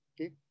Okay